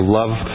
love